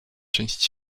część